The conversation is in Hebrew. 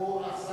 אני אענה.